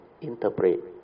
interpret